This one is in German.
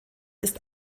ist